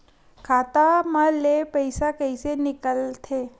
खाता मा ले पईसा कइसे निकल थे?